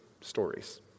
stories